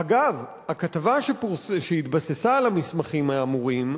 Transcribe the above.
אגב, הכתבה, שהתבססה על המסמכים האמורים,